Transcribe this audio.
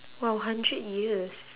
!wow! hundred years